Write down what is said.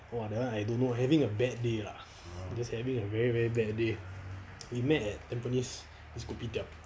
!wah! that [one] I don't know having a bad day lah just having a very very bad day lah we met at tampines this kopitiam